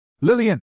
Lillian